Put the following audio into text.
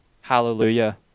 Hallelujah